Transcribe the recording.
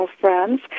friends